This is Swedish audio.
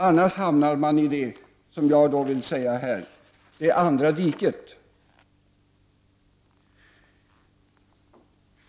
Annars kan man hamna i det som jag kallar för det andra diket.